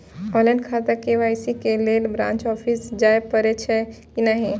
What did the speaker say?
Online खाता में KYC के लेल ब्रांच ऑफिस जाय परेछै कि नहिं?